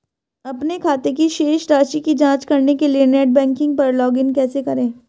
अपने खाते की शेष राशि की जांच करने के लिए नेट बैंकिंग पर लॉगइन कैसे करें?